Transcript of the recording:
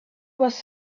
was